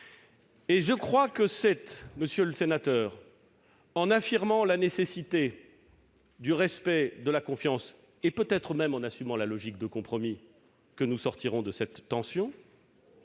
je crois, monsieur le sénateur, que c'est en affirmant la nécessité du respect et de la confiance et peut-être même en assumant la logique de compromis que nous sortirons de cette tension